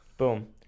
Boom